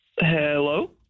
hello